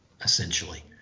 essentially